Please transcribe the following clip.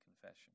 confession